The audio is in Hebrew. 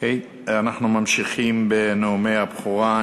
אנחנו ממשיכים בנאומי הבכורה.